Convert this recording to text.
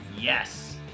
Yes